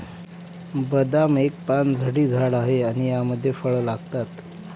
बदाम एक पानझडी झाड आहे आणि यामध्ये फळ लागतात